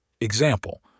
Example